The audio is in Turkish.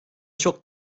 çok